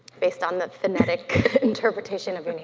based on the phonetic interpretation of